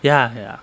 ya ya